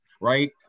right